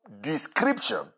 description